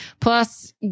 plus